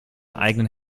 eigenen